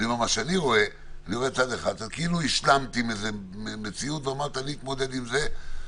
שאת כאילו השלמת עם איזו מציאות ואמרת: אני אתמודד עם זה.